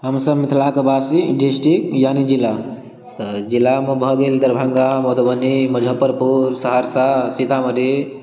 हमसब मिथिला कऽ बासी डिस्टिक यानी जिला तऽ जिलामे भऽ गेल दरभंगा मधुबनी मुजफ्फरपुर सहरसा सीतामढ़ी